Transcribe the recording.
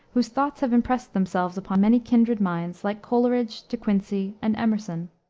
whose thoughts have impressed themselves upon many kindred minds, like coleridge, de quincey, and emerson.